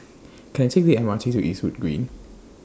Can I Take The M R T to Eastwood Green